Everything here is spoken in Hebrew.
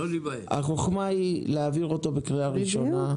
החוכמה היא להעביר בקריאה ראשונה,